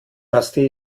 basti